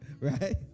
Right